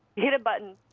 hit a button,